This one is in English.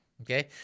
Okay